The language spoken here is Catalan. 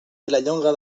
vilallonga